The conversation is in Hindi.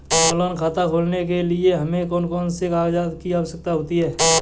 ऑनलाइन खाता खोलने के लिए हमें कौन कौन से कागजात की आवश्यकता होती है?